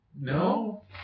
no